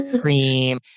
cream